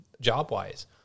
job-wise